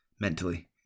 mentally